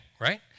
Right